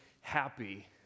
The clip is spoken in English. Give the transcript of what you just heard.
happy